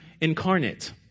incarnate